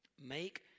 Make